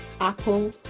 Apple